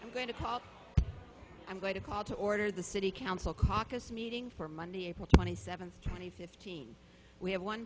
i'm going to call i'm going to call to order the city council caucus meeting for monday april twenty seventh twenty fifteen we have one